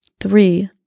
three